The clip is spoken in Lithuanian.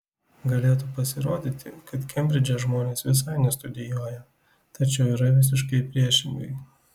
galėtų pasirodyti kad kembridže žmonės visai nestudijuoja tačiau yra visiškai priešingai